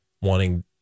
wanting